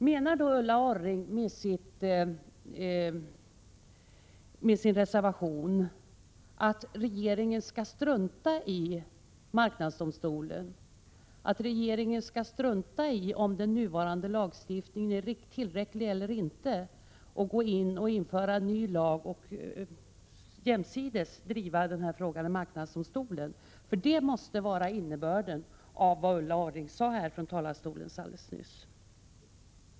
Menar Ulla Orring med sin reservation att regeringen skall strunta i marknadsdomstolen, att regeringen skall strunta i att undersöka om den nuvarande lagstiftningen är tillräcklig eller inte och införa ny lag och jämsides driva frågan i marknadsdomstolen? Detta måste vara innebörden av vad Ulla Orring sade från talarstolen alldeles nyss.